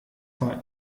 war